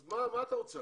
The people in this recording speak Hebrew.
אז מה אתה רוצה?